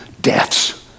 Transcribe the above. deaths